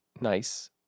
nice